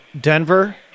denver